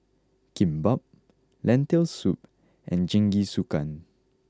Kimbap Lentil soup and Jingisukan